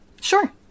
sure